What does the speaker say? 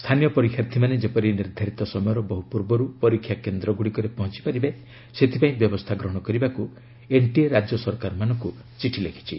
ସ୍ଥାନୀୟ ପରୀକ୍ଷାର୍ଥୀମାନେ ଯେପରି ନିର୍ଦ୍ଧାରିତ ସମୟର ବହୁ ପୂର୍ବରୁ ପରୀକ୍ଷା କେନ୍ଦ୍ରରେ ପହଞ୍ଚପାରିବେ ସେଥିପାଇଁ ବ୍ୟବସ୍ଥା ଗ୍ରହଣ କରିବାକୁ ଏନ୍ଟିଏ ରାଜ୍ୟ ସରକାରମାନଙ୍କୁ ଚିଠି ଲେଖିଛି